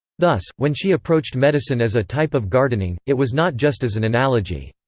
thus, when she approached medicine as a type of gardening, it was not just as an analogy.